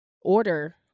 order